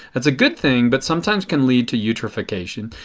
it is a good thing but sometimes can lead to eutrophication.